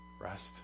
rest